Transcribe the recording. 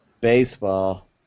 Baseball